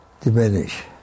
diminish